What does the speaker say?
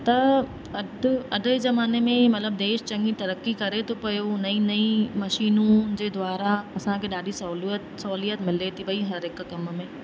त अट अॼ जे ज़माने में ई मतिलब देश चङी तरक़ी करे थो पियो नई नई मशीनूनि जे द्वारा असांखे ॾाढी सहुलियत सहुलियत मिले थी पई हर हिकु कम में